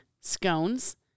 Scones